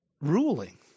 ruling